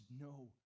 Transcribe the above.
no